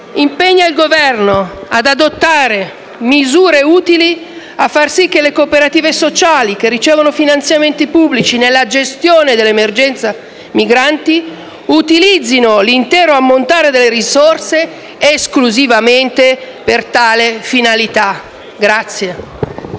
impegna il Governo ad adottare misure utili a far sì che le cooperative sociali che ricevono finanziamenti pubblici nella gestione dell'emergenza migranti utilizzino l'intero ammontare delle risorse esclusivamente per tale finalità.